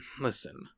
Listen